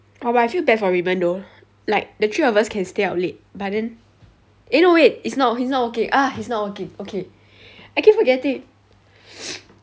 oh but I feel bad for raymond though like the three of us can stay up late but then eh no wait he's not he's not working ah he's not working okay I keep forgetting